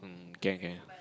um can can